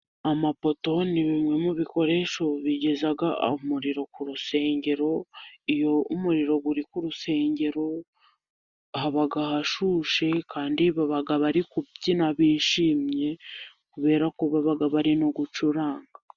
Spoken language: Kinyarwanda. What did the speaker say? Amapoto ni bimwe mu bikoresho bigeza umuriro ku rusengero. Iyo umuriro uri ku rusengero baba bashyushye, kandi bari kubyina bishimye kubera ko bari no gucuranga.